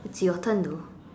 it's your turn though